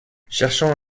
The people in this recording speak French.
cherchant